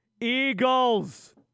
Eagles